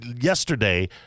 yesterday